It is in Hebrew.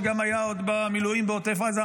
שגם היה עוד במילואים בעוטף עזה?